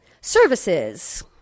services